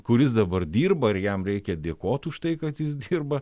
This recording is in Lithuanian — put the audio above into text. kuris dabar dirba ir jam reikia dėkot už tai kad jis dirba